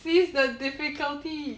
seize the difficulty